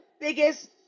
biggest